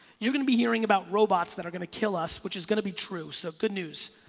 you're gonna be hearing about robots that are gonna kill us which is gonna be true so good news.